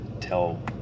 tell